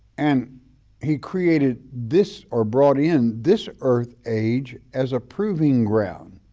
and he created this or brought in this earth age as a proving ground,